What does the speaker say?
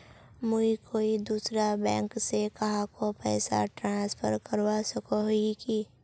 मुई कोई दूसरा बैंक से कहाको पैसा ट्रांसफर करवा सको ही कि?